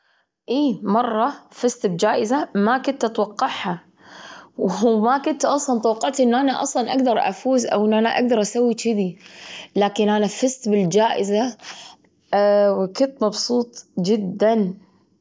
ما أؤمن، الناس تختلف بحاسة التربية والثقافات. في ناس تعتقد تشذي، وفي ناس، جربت بهذا بسبب تجاربهم وقصصهم الشخصية.